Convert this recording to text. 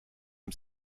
amb